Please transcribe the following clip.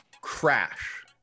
crash